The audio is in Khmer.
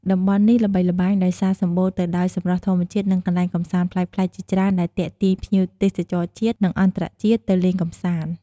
តំបន់នេះល្បីល្បាញដោយសារសម្បូរទៅដោយសម្រស់ធម្មជាតិ និងកន្លែងកម្សាន្តប្លែកៗជាច្រើន ដែលទាក់ទាញភ្ញៀវទេសចរជាតិ និងអន្តរជាតិទៅលេងកម្សាន្ត។